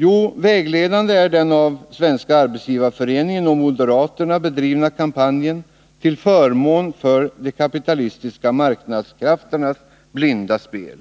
Jo, vägledande är den av Svenska arbetsgivareföreningen och moderaterna bedrivna kampanjen till förmån för de kapitalistiska marknadskrafternas blinda spel.